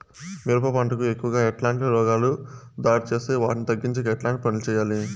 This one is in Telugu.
మిరప పంట కు ఎక్కువగా ఎట్లాంటి రోగాలు దాడి చేస్తాయి వాటిని తగ్గించేకి ఎట్లాంటి పనులు చెయ్యాలి?